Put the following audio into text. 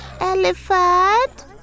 Elephant